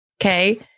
okay